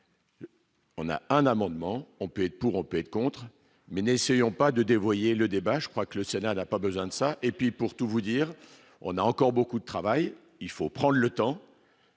On a un amendement, on peut être pour on peut être contre mais n'essayons pas de dévoyer le débat, je crois que le ce n'a pas besoin de ça et puis, pour tout vous dire, on a encore beaucoup de travail, il faut prendre le temps.